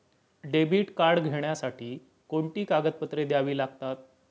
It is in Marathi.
डेबिट कार्ड घेण्यासाठी कोणती कागदपत्रे द्यावी लागतात?